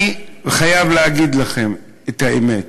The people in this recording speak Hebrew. אני חייב להגיד לכם את האמת.